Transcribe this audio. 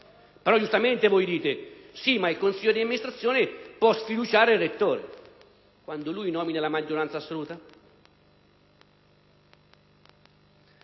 Giustamente voi rispondete: «Sì, ma il consiglio di amministrazione può sfiduciare il rettore»; quando lui nomina la maggioranza assoluta?